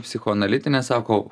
psichoanalitinę sako